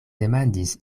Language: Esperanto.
demandis